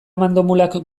mandomulak